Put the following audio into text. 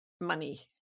Money